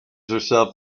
herself